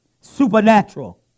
supernatural